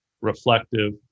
reflective